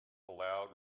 allowed